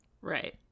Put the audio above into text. Right